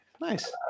Nice